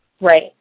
Right